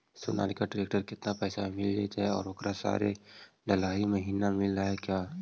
Sonalika tractor केतना पैसा में मिल जइतै और ओकरा सारे डलाहि महिना मिलअ है का?